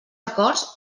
acords